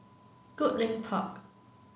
Goodlink Park